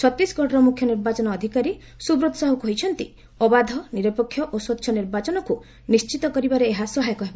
ଛତିଶଗଡ଼ର ମୁଖ୍ୟ ନିର୍ବାଚନ ଅଧିକାରୀ ସ୍ୱବ୍ରତ୍ ସାହ କହିଛନ୍ତି ଅବାଧ ନିରପେକ୍ଷ ଓ ସ୍ୱଚ୍ଚ ନିର୍ବାଚନକୁ ନିଣ୍ଜିତ କରିବାରେ ଏହା ସହାୟକ ହେବ